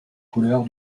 couleurs